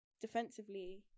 defensively